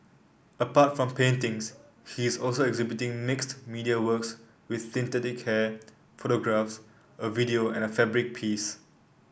apart from paintings he is also exhibiting mixed media works with synthetic hair photographs a video and a fabric piece